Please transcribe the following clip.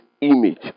image